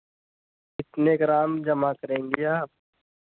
कितने ग्राम जमा करेंगी आप